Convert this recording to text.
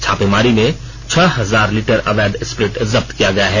छापेमारी में छह हजार लीटर अवैध स्प्रीट जब्त किया गया है